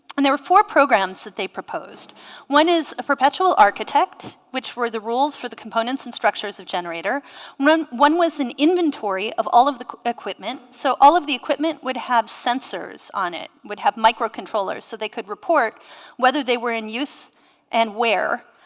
and there were four programs that they proposed one is a perpetual architect which were the rules for the components and structures of generator when one was an inventory of all of the equipment so all of the equipment would have sensors on it would have microcontrollers so they could report whether they were in use and where